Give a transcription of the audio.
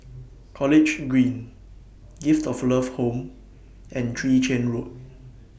College Green Gift of Love Home and Chwee Chian Road